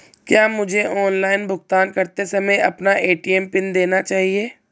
क्या मुझे ऑनलाइन भुगतान करते समय अपना ए.टी.एम पिन देना चाहिए?